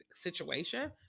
situation